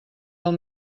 del